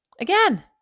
Again